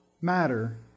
matter